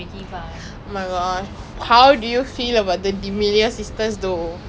you don't know her ah she she the one like she cannot sing then she'll just scream scream